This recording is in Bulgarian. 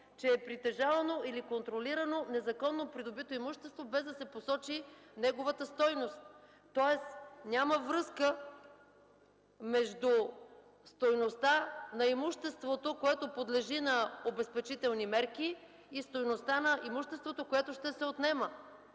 че е притежавано или контролирано незаконно придобито имущество, без да се посочи неговата стойност, тоест няма връзка между стойността на имуществото, което подлежи на обезпечителни мерки и стойността на имуществото, което ще се отнема.